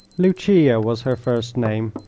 lucia was her first name,